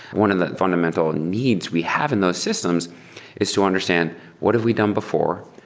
one of the fundamental needs we have in those systems is to understand what have we done before?